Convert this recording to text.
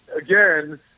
again